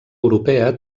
europea